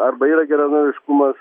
arba yra geranoriškumas